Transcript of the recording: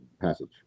passage